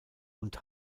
und